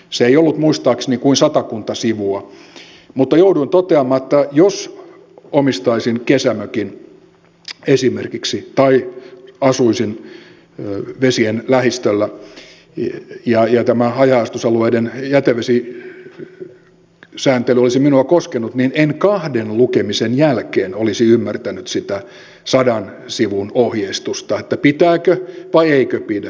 se ei ollut muistaakseni kuin satakunta sivua mutta jouduin toteamaan että jos omistaisin esimerkiksi kesämökin tai asuisin vesien lähistöllä ja tämä haja asutusalueiden jätevesisääntely olisi minua koskenut niin en kahden lukemisen jälkeen olisi ymmärtänyt sitä sadan sivun ohjeistusta että pitääkö vai eikö pidä